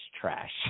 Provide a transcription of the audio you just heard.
trash